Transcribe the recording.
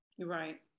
Right